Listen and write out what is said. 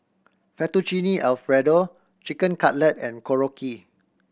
Fettuccine Alfredo Chicken Cutlet and Korokke